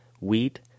wheat